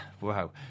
Wow